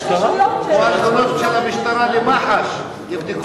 משום שאני אכן בנשיאות ביקשתי מאוד שהדיון הזה ייערך